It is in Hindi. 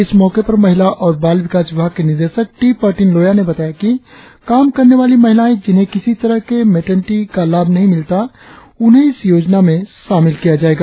इस मौके पर महिला और बाल विकास विभाग की निदेशक टी पर्टिन लोया ने बताया कि काम करने वाली महिलाएं जिन्हें किसी तरह के मेटरनिटी का लाभ नहीं मिलता है उन्हें इस योजना में शामिल किया जायेगा